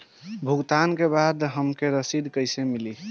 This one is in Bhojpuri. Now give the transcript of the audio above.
भुगतान के बाद हमके रसीद कईसे मिली?